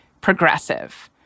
progressive